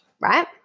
right